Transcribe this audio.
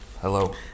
hello